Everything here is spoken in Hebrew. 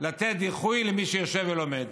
לתת דיחוי למי שיושב ולומד.